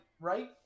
right